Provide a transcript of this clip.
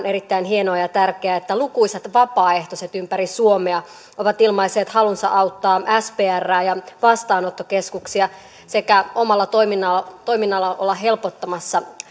erittäin hienoa ja tärkeää että lukuisat vapaaehtoiset ympäri suomea ovat ilmaisseet halunsa auttaa sprää ja vastaanottokeskuksia sekä omalla toiminnallaan olla helpottamassa